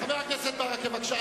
חבר הכנסת ברכה, בבקשה.